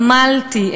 עמלתי,